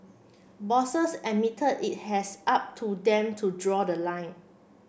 bosses admitted it has up to them to draw the line